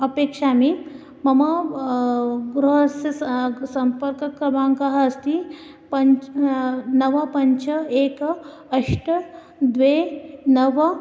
अपेक्षामि मम गृहस्य स सम्पर्कक्रमाङ्कः अस्ति पञ्च नव पञ्च एकम् अष्ट द्वे नव